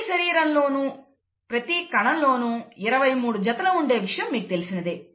ప్రతి శరీరములోనూ ప్రతి కణంలోనూ ఇరవై మూడు జతలు ఉండే విషయం మీకు తెలిసినదే